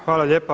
Hvala lijepa.